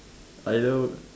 either